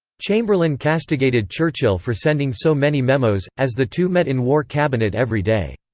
chamberlain castigated churchill for sending so many memos, as the two met in war cabinet every day.